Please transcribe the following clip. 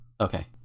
Okay